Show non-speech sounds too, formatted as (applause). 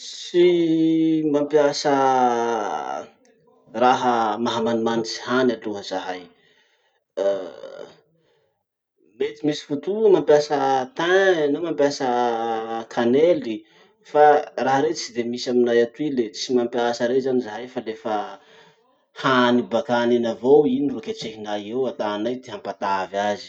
Tsy mampiasa raha maha manimanitry hany aloha zahay. (hesitation) mety misy fotoa mampiasa tin na mampiasa canelle, fa raha rey tsy de misy aminay atoy le tsy mampiasa rey zany zahay fa le fa hany bakany iny avao, iny ro ketrehinay io, atànay ty hampatavy azy.